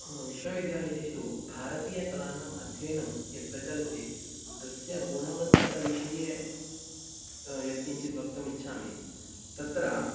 विश्वविद्यालयेषु भारतीयकलानाम् अध्ययनं यत् प्रचलति तस्य गुणवत्तताविषये यत् किञ्चित् वक्तुं इच्छामि तत्र